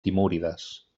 timúrides